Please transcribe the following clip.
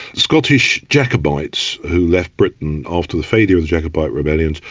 scottish jacobites who left britain after the failure of jacobite rebellions,